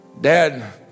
Dad